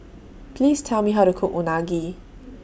Please Tell Me How to Cook Unagi